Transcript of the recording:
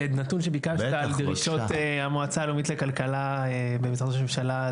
נתון שביקשת על דרישות המועצה הלאומית לכלכלה במשרד ראש הממשלה.